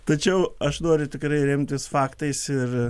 tačiau aš noriu tikrai remtis faktais ir